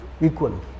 equal